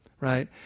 right